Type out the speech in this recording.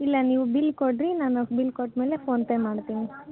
ಇಲ್ಲ ನೀವು ಬಿಲ್ ಕೊಡಿರಿ ನಾನು ಬಿಲ್ ಕೊಟ್ಟ ಮೇಲೆ ಫೋನ್ಪೇ ಮಾಡ್ತೀನಿ